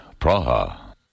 Praha